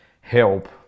help